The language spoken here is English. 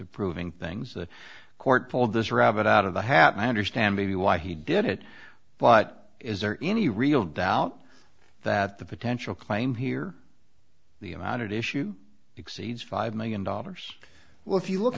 of proving things the court pulled this rabbit out of the hat and i understand the why he did it but is there any real doubt that the potential claim here the amount at issue exceeds five million dollars well if you look